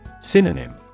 Synonym